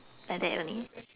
like that only